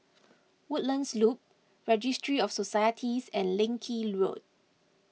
Woodlands Loop Registry of Societies and Leng Kee Road